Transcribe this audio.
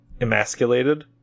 emasculated